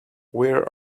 where